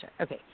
Okay